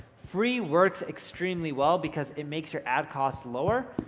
free works extremely well because it makes your ad cost lower,